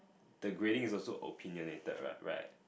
the grading is also opinionated what right